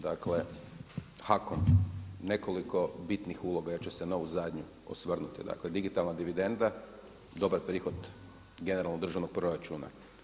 Dakle HAKOM nekoliko bitnih uloga, ja ću se na ovu zadnju osvrnuti, dakle digitalna dividenda, dobar prihod generalnog državnog proračuna.